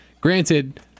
Granted